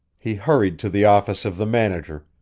he hurried to the office of the manager,